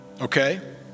Okay